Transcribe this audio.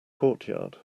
courtyard